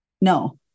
No